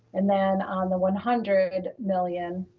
and then on the one hundred million,